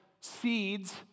seeds